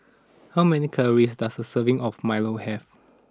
how many calories does a serving of Milo have